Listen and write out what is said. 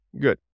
Good